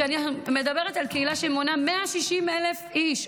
כשאני מדברת על קהילה שמונה 160,000 איש,